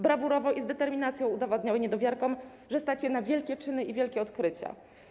Brawurowo i z determinacją udowadniały niedowiarkom, że stać je na wielkie czyny i na wielkie odkrycia.